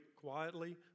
quietly